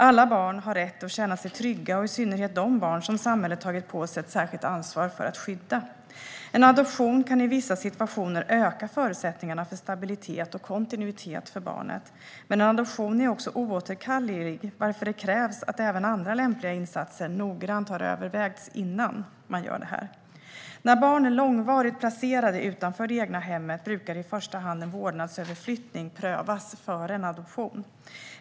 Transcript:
Alla barn har rätt att känna sig trygga, i synnerhet de barn som samhället tagit på sig ett särskilt ansvar för att skydda. En adoption kan i vissa situationer öka förutsättningarna för stabilitet och kontinuitet för barnet. Men en adoption är också oåterkallelig, varför det krävs att även andra lämpliga insatser noggrant har övervägts innan man gör det här. När barn är långvarigt placerade utanför det egna hemmet brukar i första hand en vårdnadsöverflyttning prövas före en adoption.